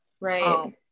Right